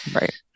right